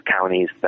counties